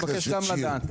גם מבקש לדעת.